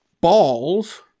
balls